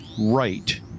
right